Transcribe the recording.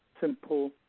simple